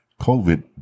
COVID